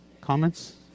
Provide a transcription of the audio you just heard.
comments